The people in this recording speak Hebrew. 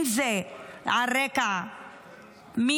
אם זה על רקע מין,